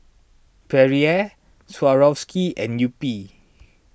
Perrier Swarovski and Yupi